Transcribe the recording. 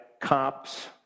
Cops